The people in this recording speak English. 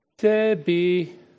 Debbie